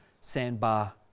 sandbar